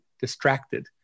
distracted